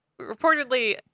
reportedly